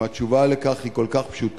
אם התשובה על כך היא כל כך פשוטה,